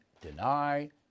deny